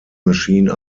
machine